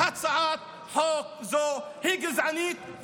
הצעת חוק זו היא גזענית,